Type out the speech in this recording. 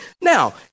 Now